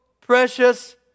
precious